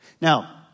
Now